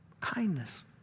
Kindness